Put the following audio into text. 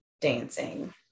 dancing